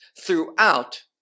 throughout